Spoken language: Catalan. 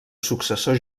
successor